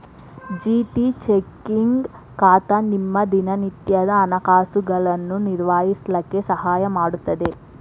GT checking ಖಾತಾ ನಿಮ್ಮ ದಿನನಿತ್ಯದ ಹಣಕಾಸುಗಳನ್ನು ನಿರ್ವಹಿಸ್ಲಿಕ್ಕೆ ಸಹಾಯ ಮಾಡುತ್ತದೆ